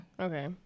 Okay